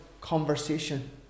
conversation